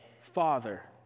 Father